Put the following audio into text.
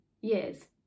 years